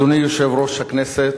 אדוני יושב-ראש הכנסת,